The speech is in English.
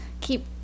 keep